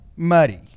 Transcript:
Muddy